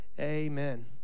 Amen